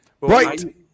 Right